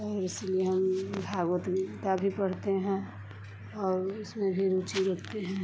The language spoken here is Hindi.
और इसलिए हम भगवतगीता भी पढ़ते हैं और उसमें भी रुचि रखते हैं